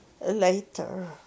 later